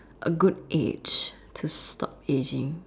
a good age to stop ageing